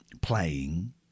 playing